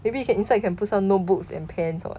maybe you can inside can put some notebooks and pens [what]